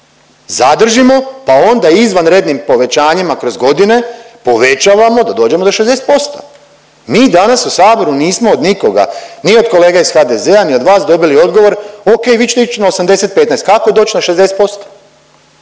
zadržimo, pa onda izvanrednim povećanjima kroz godine povećavamo da dođemo do 60%. Mi danas u saboru nismo od nikoga, ni od kolega iz HDZ-a, ni od vas dobili odgovor okej vi ćete ić na 80-15, kako doć na 60%?